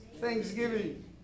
Thanksgiving